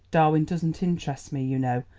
darwin doesn't interest me, you know.